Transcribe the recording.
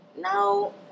No